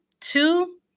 two